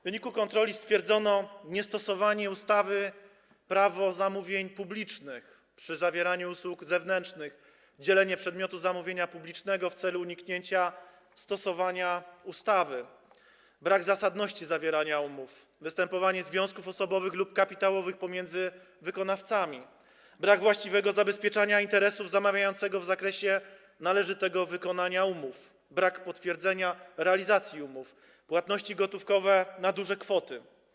W wyniku kontroli stwierdzono niestosowanie ustawy Prawo zamówień publicznych przy zawieraniu usług zewnętrznych, dzielenie przedmiotu zamówienia publicznego w celu uniknięcia stosowania ustawy, brak zasadności zawierania umów, występowanie związków osobowych lub kapitałowych pomiędzy wykonawcami, brak właściwego zabezpieczania interesów zamawiającego w zakresie należytego wykonania umów, brak potwierdzenia realizacji umów, płatności gotówkowe na duże kwoty.